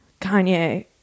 kanye